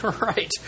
Right